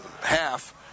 half